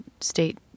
State